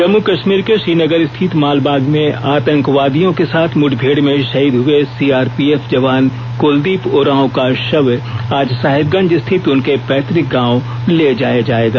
जम्मू कश्मीर के श्रीनगर स्थित मालबाग में आतंकवादियों के साथ मुठभेड़ में शहीद हुए सीआरपीएफ जवान क्लदीप उरांव का शव आज साहेबगंज स्थित उनके पैतुक गांव ले जाया जाएगा